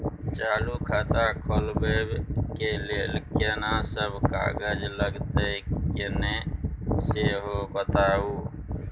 चालू खाता खोलवैबे के लेल केना सब कागज लगतै किन्ने सेहो बताऊ?